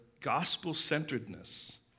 gospel-centeredness